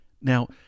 Now